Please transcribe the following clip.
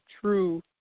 true